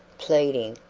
pleading,